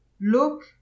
look